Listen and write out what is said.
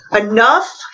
enough